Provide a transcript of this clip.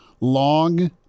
long